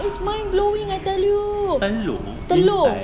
it's mind blowing I tell you telur